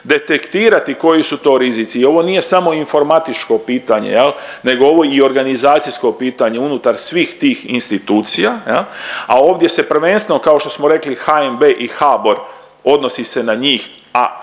detektirati koji su to rizici. I ovo nije samo informatičko pitanje nego je ovo i organizacijsko pitanje unutar svih tih institucija, a ovdje se prvenstveno kao što smo rekli HNB i HBOR odnosi se na njih, a